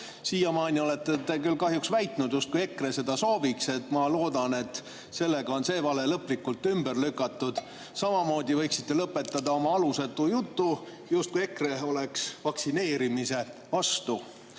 Siiamaani te olete kahjuks väitnud, justkui EKRE seda sooviks. Ma loodan, et sellega on see vale lõplikult ümber lükatud. Samamoodi võiksite lõpetada oma alusetu jutu, justkui EKRE oleks vaktsineerimise vastu.